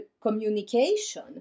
communication